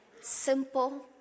simple